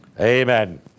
Amen